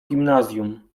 gimnazjum